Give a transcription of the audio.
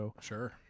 Sure